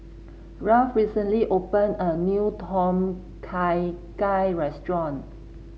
Ralph recently opened a new Tom Kha Gai restaurant